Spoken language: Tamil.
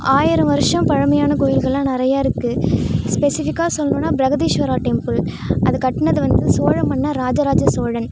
ஆயிரம் வருஷம் பழமையான கோயில்கள்லாம் நிறையா இருக்குது ஸ்பெசிஃபிக்காக சொல்லணுன்னா பிரகதீஸ்வரா டெம்பிள் அது கட்டுனது வந்து சோழ மன்னர் ராஜராஜசோழன்